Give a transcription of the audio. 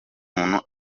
umuntu